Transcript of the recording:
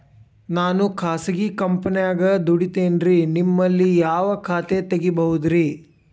ನಾನು ಖಾಸಗಿ ಕಂಪನ್ಯಾಗ ದುಡಿತೇನ್ರಿ, ನಿಮ್ಮಲ್ಲಿ ಯಾವ ಖಾತೆ ತೆಗಿಬಹುದ್ರಿ?